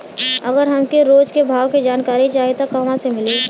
अगर हमके रोज के भाव के जानकारी चाही त कहवा से मिली?